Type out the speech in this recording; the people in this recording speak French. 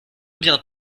bien